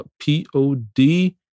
P-O-D